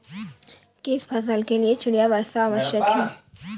किस फसल के लिए चिड़िया वर्षा आवश्यक है?